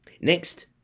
Next